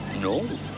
No